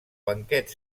banquet